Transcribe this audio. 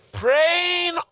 Praying